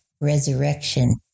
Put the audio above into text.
resurrection